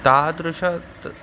तादृशं तत्